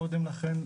קודם לכן,